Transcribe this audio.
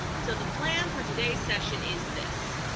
so the plan for today's session is this.